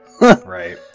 Right